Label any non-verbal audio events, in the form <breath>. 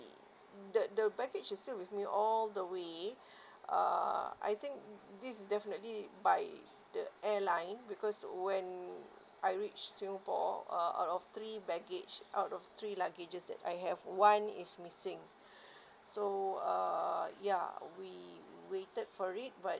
the the baggage is still with me all the way <breath> uh I think this definitely by the airline because when I reach singapore uh out of three baggage out of three luggages that I have one is missing <breath> so err ya we waited for it but